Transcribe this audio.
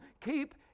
keep